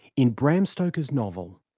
in bram stoker's novel,